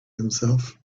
himself